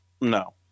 No